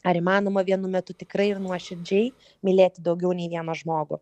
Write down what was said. ar įmanoma vienu metu tikrai ir nuoširdžiai mylėti daugiau nei vieną žmogų